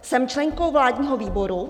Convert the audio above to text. Jsem členkou vládního výboru.